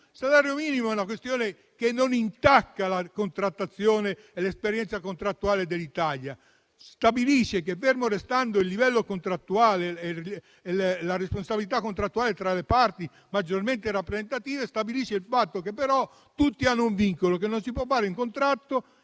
salario minimo è una questione che non intacca la contrattazione e l'esperienza contrattuale dell'Italia. Stabilisce che, fermi restando il livello contrattuale e la responsabilità contrattuale tra le parti maggiormente rappresentative, tutti hanno un vincolo, e cioè che non si può fare un contratto